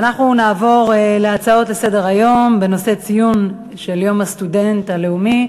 אנחנו נעבור להצעות לסדר-היום בנושא ציון יום הסטודנט הלאומי,